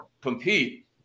compete